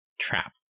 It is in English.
trap